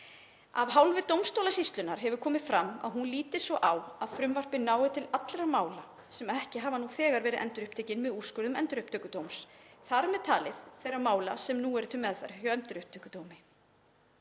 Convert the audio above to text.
Af hálfu dómstólasýslunnar hefur komið fram að hún líti svo á að frumvarpið nái til allra mála sem ekki hafa nú þegar verið endurupptekin með úrskurðum Endurupptökudóms, þar með talið til þeirra mála sem nú eru til meðferðar hjá Endurupptökudómi.